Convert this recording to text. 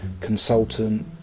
consultant